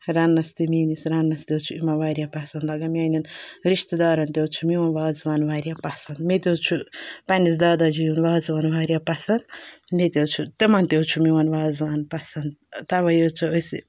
رَننَس تہٕ میٛٲنِس رَننَس تہِ حظ چھِ یِوان واریاہ پَسنٛد لگان میٛانٮ۪ن رِشتہٕ دارَن تہِ حظ چھِ میون وازوان واریاہ پَسنٛد مےٚ تہِ حظ چھُ پنٛنِس داداجی یُن وازوان واریاہ پَسنٛد مےٚ تہِ حظ چھِ تِمَن تہِ حظ چھِ میون وازوان پَسنٛد تَوَے حظ چھِ أسۍ